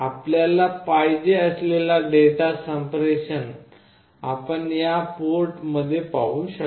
आपल्याला पाहिजे असलेला डेटा संप्रेषण आपण या पोर्ट मध्ये पाहू शकता